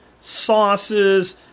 sauces